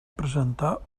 presentar